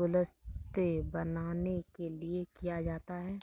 गुलदस्ते बनाने के लिए किया जाता है